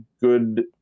good –